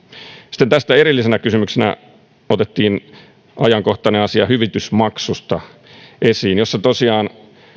sitten tästä erillisenä kysymyksenä otettiin esiin ajankohtainen asia hyvitysmaksusta jossa tosiaan uhkaa